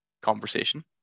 conversation